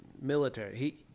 military